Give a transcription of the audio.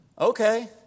Okay